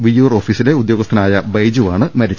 വിയ്യൂർ ഓഫീസിലെ ഉദ്യോഗസ്ഥനായ ബൈജുവാണ് മരിച്ചത്